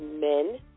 men